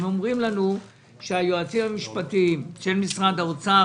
הם אומרים לנו שהיועצים המשפטיים של משרד האוצר